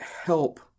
help